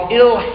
ill